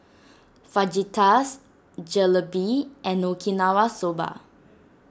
Fajitas Jalebi and Okinawa Soba